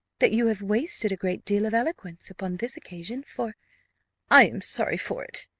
that you have wasted a great deal of eloquence upon this occasion, for i am sorry for it,